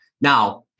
now